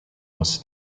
was